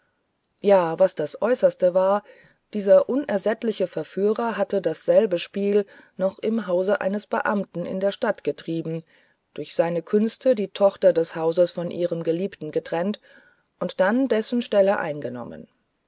ja was das äußerste war dieser unersättliche verführer hatte dasselbe spiel noch im hause eines beamten in der stadt getrieben durch seine künste die tochter des hauses von ihrem geliebten getrennt und dann dessen stelle eingenommen